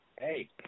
hey